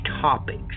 topics